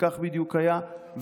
וכך בדיוק היה וכך